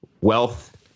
wealth